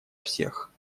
всех